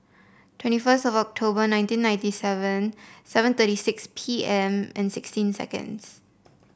twenty first of October nineteen ninety seven seven thirty six P M and sixteen seconds